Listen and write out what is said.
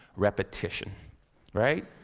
repetition right?